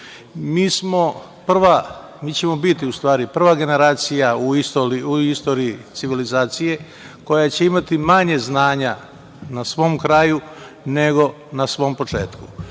ćemo biti prva generacija u istoriji civilizacije koja će imati manje znanja na svom kraju, nego na svom početku.